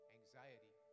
anxiety